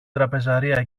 τραπεζαρία